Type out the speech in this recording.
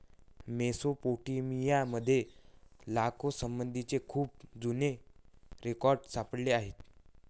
Mesopotamia मध्ये लेखासंबंधीचे खूप जुने रेकॉर्ड सापडले आहेत